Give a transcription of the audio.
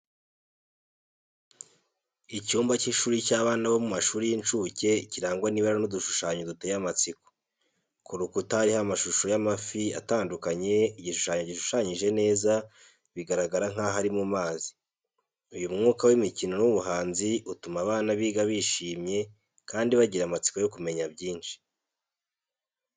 Icyumba cy’ishuri cy’abana bo mu mashuri y’incuke kirangwa n’ibara n’udushushanyo duteye amatsiko. Ku rukuta hariho amashusho y’amafi atandukanye, igishushanyo gishushanyije neza, bigaragara nkaho ari mu mazi. Uwo mwuka w’imikino n’ubuhanzi utuma abana biga bishimye kandi bagira amatsiko yo kumenya byinshi.